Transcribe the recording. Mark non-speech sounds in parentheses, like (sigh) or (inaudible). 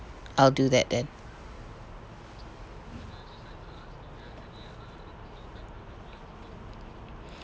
I'll do that then (breath)